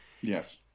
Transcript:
Yes